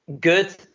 good